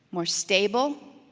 more stable,